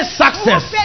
success